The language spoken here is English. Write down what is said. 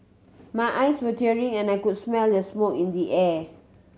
my eyes were tearing and I could smell the smoke in the air